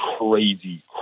crazy